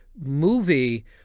movie